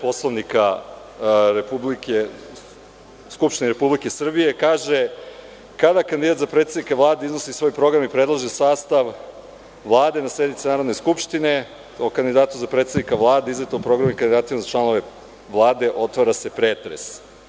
Poslovnika Skupštine Republike Srbije koji kaže – kada kandidat za predsednika Vlade iznosi svoj program i predloži sastav za sastav Vlade na sednici Narodne skupštine, o kandidatu za predsednika Vlade, iznetom programu i kandidatima za članove Vlade otvara se pretres.